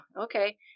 okay